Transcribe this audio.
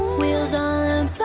wheels on